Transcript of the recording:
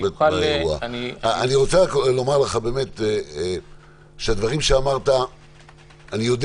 אני רק רוצה לומר לך שאני יודע שהדברים שאמרת נכונים,